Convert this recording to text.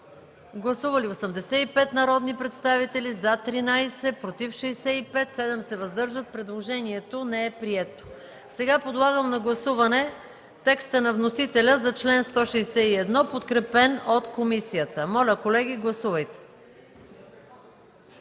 Гласували 85 народни представители: за 13, против 65, въздържали се 7. Предложението не е прието. Подлагам на гласуване текста на вносителя за чл. 161, подкрепен от комисията. Гласували